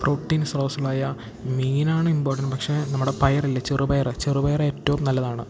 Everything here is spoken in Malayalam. പ്രോട്ടീൻ സോഴ്സുകളായ മീനാണ് ഇമ്പോർട്ടൻ്റ് പക്ഷെ നമ്മുടെ പയറില്ലേ ചെറുപയർ ചെറുയർ ഏറ്റവും നല്ലതാണ്